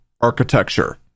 architecture